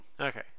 Okay